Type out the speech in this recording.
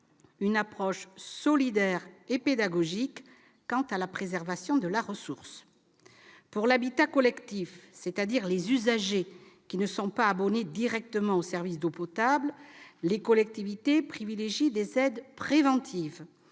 une approche solidaire et pédagogique quant à la préservation de la ressource. Pour l'habitat collectif, dont les usagers ne sont pas abonnés directement au service d'eau potable, les collectivités privilégient des aides préventives,